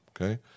okay